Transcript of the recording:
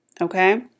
okay